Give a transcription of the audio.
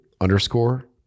underscore